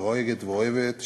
דואגת ואוהבת,